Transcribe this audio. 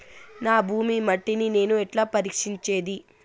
నా భూమి మట్టిని నేను ఎట్లా పరీక్షించేది?